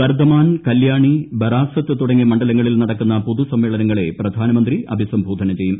ബർദമാൻ കല്യാണി ബറാസത്ത് തുടങ്ങിയ മണ്ഡലങ്ങളിൽ നടക്കുന്ന പൊതു സമ്മേളനങ്ങളെ പ്രധാനമന്ത്രി അഭിസംബോധന ചെയ്യും